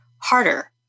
harder